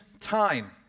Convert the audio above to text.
time